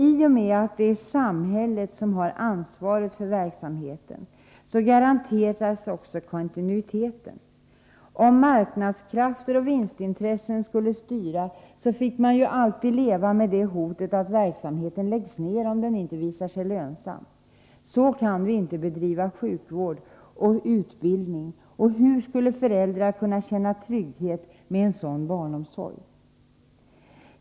I och med att det är samhället som har ansvaret för verksamheten garanteras också kontinuiteten. Om marknadskrafter och vinstintressen skulle styra fick man alltid leva med det hotet att verksamheten lades ned, om den inte visade sig vara lönsam. Så kan vi inte bedriva sjukvård och utbildning. Och hur skulle föräldrar kunna känna trygghet med en sådan barnomsorg?